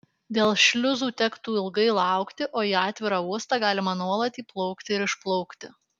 dėl šliuzų tektų ilgai laukti o į atvirą uostą galima nuolat įplaukti ir išplaukti